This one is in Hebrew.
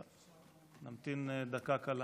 טוב, נמתין דקה קלה.